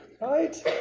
right